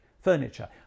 furniture